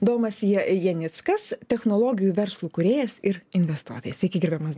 domas ja janickas technologijų verslų kūrėjas ir investuotojas sveiki gerbiamas domai